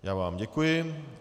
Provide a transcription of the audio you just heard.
Já vám děkuji.